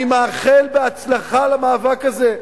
אני מאחל בהצלחה למאבק הזה.